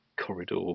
corridor